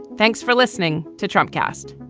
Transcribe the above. thanks for listening to trump cast